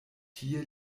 tie